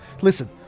Listen